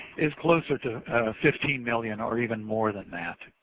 is closer to fifteen million or even more than that.